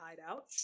hideout